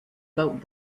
about